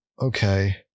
Okay